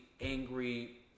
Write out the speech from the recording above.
angry